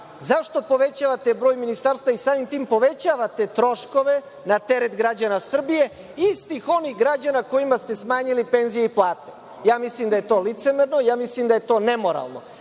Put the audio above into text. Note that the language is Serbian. Zašto povećavate broj ministarstava i samim tim povećavate troškove na teret građana Srbije, istih onih građana kojima ste smanjili penzije i plate? Mislim da je to licemerno i mislim da je to nemoralno.